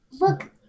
Look